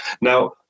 Now